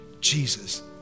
Jesus